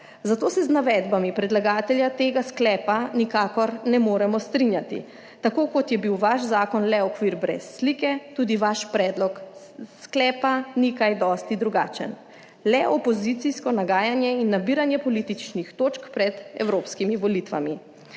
zato se z navedbami predlagatelja tega sklepa nikakor ne moremo strinjati. Tako kot je bil vaš zakon le okvir brez slike, tudi vaš predlog sklepa ni kaj dosti drugačen, le opozicijsko nagajanje in nabiranje političnih točk pred evropskimi volitvami.